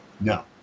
No